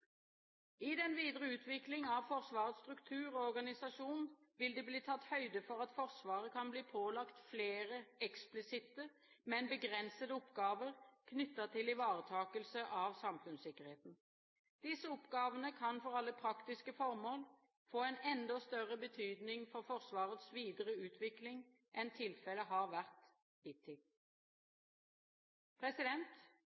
I den videre utvikling av Forsvarets struktur og organisasjon vil det bli tatt høyde for at Forsvaret kan bli pålagt flere eksplisitte, men begrensede oppgaver knyttet til ivaretakelse av samfunnssikkerheten. Disse oppgavene kan for alle praktiske formål få en enda større betydning for Forsvarets videre utvikling enn tilfellet har vært